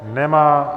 Nemá.